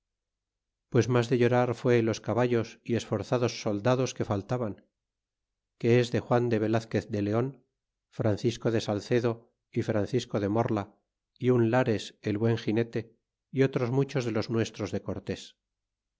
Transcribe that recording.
pues mas de llorar ftiú los caballos y esforzados soldados que faltaban que es de juan veazquez de leon francisco de salcedo y francisco de moría y un lares el buen ginete y otros muchos de los nuestros de cortés